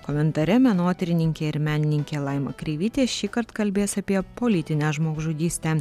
komentare menotyrininkė ir menininkė laima kreivytė šįkart kalbės apie politinę žmogžudystę